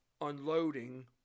unloading